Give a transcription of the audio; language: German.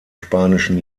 spanischen